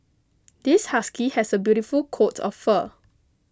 this husky has a beautiful coat of fur